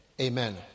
Amen